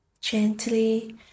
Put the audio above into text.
Gently